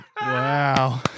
Wow